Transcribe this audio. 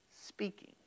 speaking